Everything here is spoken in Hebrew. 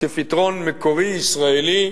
כפתרון מקורי ישראלי חדשני,